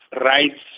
rights